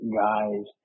guys